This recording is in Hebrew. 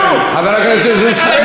חבר הכנסת מסעוד